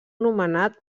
nomenat